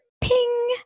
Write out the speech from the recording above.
ping